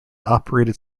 operated